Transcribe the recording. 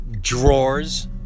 drawers